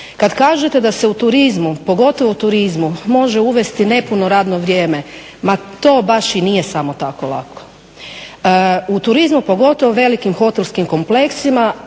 Kad kažete da se u turizmu, pogotovo u turizmu, može uvesti nepuno radno vrijeme ma to baš i nije samo tako lako. U turizmu, pogotovo u velikim hotelskim kompleksima